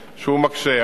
מקשה.